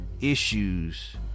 issues